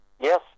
Yes